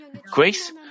grace